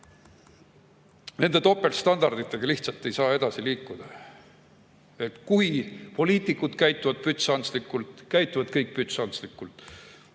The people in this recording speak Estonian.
Nende topeltstandarditega lihtsalt ei saa edasi liikuda. Kui poliitikud käituvad bütsantslikult, käituvad kõik bütsantslikult. Te